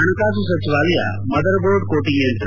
ಹಣಕಾಸು ಸಚಿವಾಲಯ motherboard coating ಯಂತ್ರ